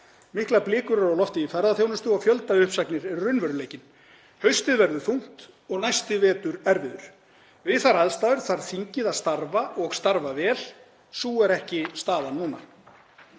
Miklar blikur eru á lofti í ferðaþjónustu og fjöldauppsagnir eru raunveruleikinn. Haustið verður þungt og næsti vetur erfiður. Við þær aðstæður þarf þingið að starfa og starfa vel. Sú er ekki staðan núna.